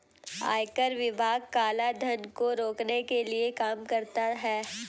आयकर विभाग काला धन को रोकने के लिए काम करता है